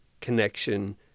connection